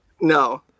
No